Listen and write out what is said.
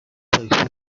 تاکسی